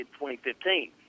2015